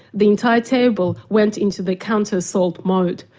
the entire table went into the counter-assault mode.